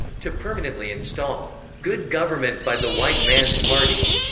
to permanently install good government by the white man's party,